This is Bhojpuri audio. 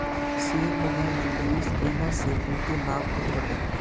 शेयर बाजार में निवेश कईला से बहुते लाभ होत बाटे